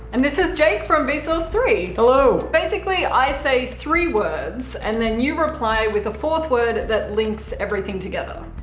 and this is jake from vsauce three. hello. basically, i say three words. and then you reply with a fourth word that links everything together.